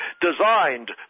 designed